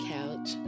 Couch